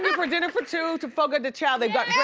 but for dinner for two to fogo de chao, they've got